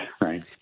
Right